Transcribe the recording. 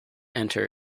enter